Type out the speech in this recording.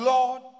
Lord